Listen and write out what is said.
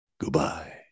goodbye